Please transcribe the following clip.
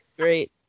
Great